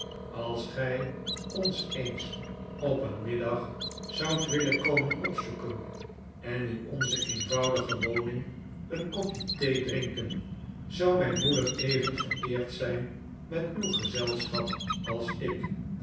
als gij ons eens op een middag zoudt willen komen opzoeken en in onze eenvoudige woning een kopje thee drinken zou mijn moeder even vereerd zijn met uw gezelschap als ik